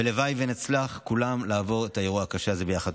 והלוואי שנצליח כולם לעבור את האירוע הקשה הזה ביחד.